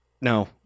no